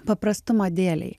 paprastumo dėlei